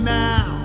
now